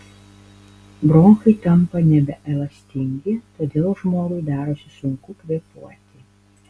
bronchai tampa nebeelastingi todėl žmogui darosi sunku kvėpuoti